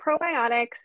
probiotics